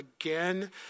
again